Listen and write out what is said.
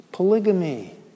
Polygamy